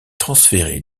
transféré